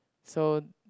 so